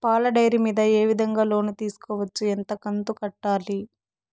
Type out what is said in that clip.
పాల డైరీ మీద ఏ విధంగా లోను తీసుకోవచ్చు? ఎంత కంతు కట్టాలి?